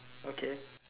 okay